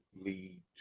lead